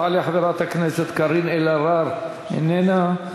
תעלה חברת הכנסת קארין אלהרר, איננה.